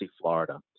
Florida